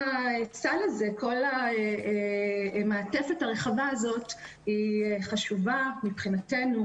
כל המעטפת הרחבה הזו היא חשובה מבחינתנו